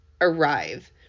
arrive